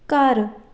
ਘਰ